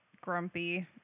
grumpy